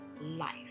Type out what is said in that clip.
life